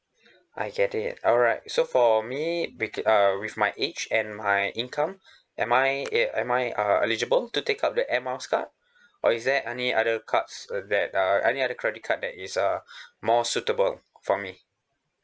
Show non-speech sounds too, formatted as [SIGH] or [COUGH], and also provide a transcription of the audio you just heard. I get it alright so for me bec~ uh with my age and my income [BREATH] am I e~ am I uh eligible to take up the air miles card or is there any other cards uh that uh any other credit card that is uh [BREATH] more suitable for me